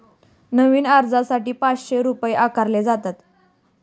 नवीन अर्जासाठी पाचशे रुपये आकारले जातात